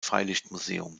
freilichtmuseum